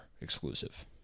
exclusive